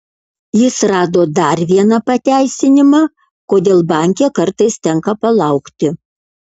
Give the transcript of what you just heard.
jis rado dar vieną pateisinimą kodėl banke kartais tenka palaukti